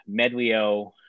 Medlio